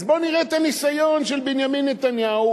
אז בוא נראה את הניסיון של בנימין נתניהו,